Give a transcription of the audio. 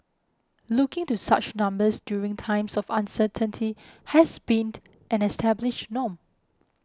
looking to such numbers during times of uncertainty has been an established norm